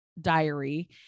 diary